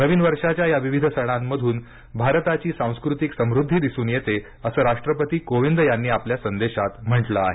नवीन वर्षाच्या या विविध सणांमधून भारताची सांस्कृतिक समृद्धी दिसून येते असं राष्ट्रपती कोविंद यांनी आपल्या संदेशात म्हटलं आहे